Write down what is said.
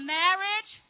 marriage